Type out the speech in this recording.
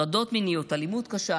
הטרדות מיניות, אלימות קשה.